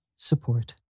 Support